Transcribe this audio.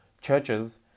churches